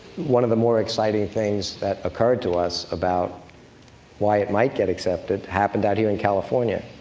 one of the more exciting things that occurred to us about why it might get accepted, happened out here in california.